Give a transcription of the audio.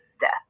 death